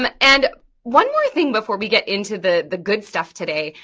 um and one more thing before we get into the the good stuff today,